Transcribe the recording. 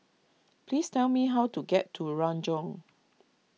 please tell me how to get to Renjong